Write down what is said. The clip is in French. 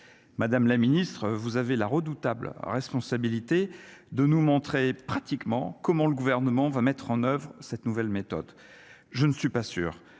Madame la Ministre, vous avez la redoutable responsabilité de nous montrer pratiquement, comment le gouvernement va mettre en oeuvre cette nouvelle méthode, je ne suis pas sûr